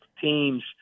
teams